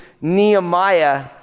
Nehemiah